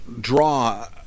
draw